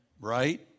right